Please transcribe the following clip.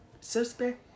suspect